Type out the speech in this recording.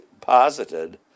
posited